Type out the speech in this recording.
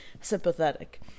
sympathetic